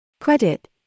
Credit